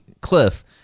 Cliff